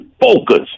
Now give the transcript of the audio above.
focus